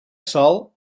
sol